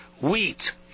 wheat